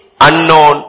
unknown